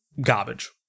garbage